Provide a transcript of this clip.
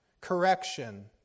correction